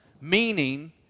meaning